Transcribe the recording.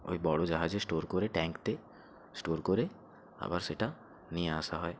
ওই বড় জাহাজে স্টোর করে ট্যাঙ্কতে স্টোর করে আবার সেটা নিয়ে আসা হয়